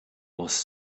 was